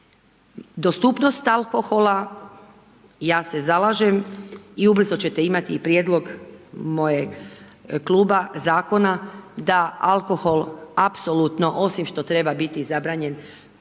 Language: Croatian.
dostupnost alkohola i ja se zalažem i ubrzo ćete imati i prijedlog mojeg kluba, zakona da alkohol apsolutno osim što treba biti zabranjen